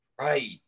Right